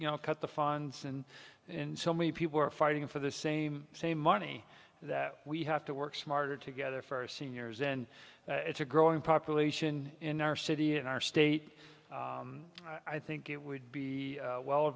you know cut the funds and in so many people are fighting for the same same money that we have to work smarter together for seniors and it's a growing population in our city in our state i think it would be well